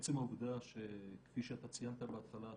עצם העובדה שכפי שאתה ציינת בהתחלה,